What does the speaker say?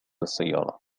السيارة